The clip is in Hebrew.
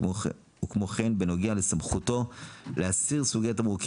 וכמו כן בנוגע לסמכותו להסיר סוגי תמרוקים